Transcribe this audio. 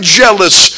jealous